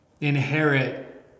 inherit